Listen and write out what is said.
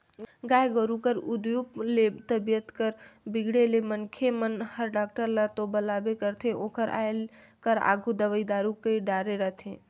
गाय गोरु कर उदुप ले तबीयत कर बिगड़े ले मनखे मन हर डॉक्टर ल तो बलाबे करथे ओकर आये कर आघु दवई दारू कईर डारे रथें